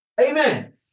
Amen